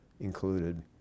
included